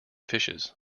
fishes